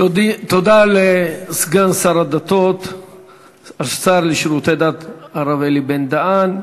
תודה לסגן השר לשירותי דת הרב אלי בן-דהן.